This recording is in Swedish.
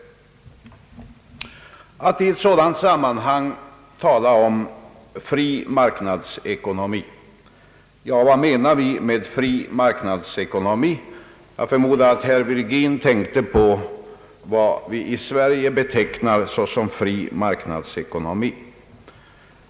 Om vi i ett sådant sammanhang talar om fri marknadsekonomi, vad menar vi då med det? Jag förmodar att herr Virgin tänkte på vad vi i Sverige betecknar såsom fri marknadsekonomi.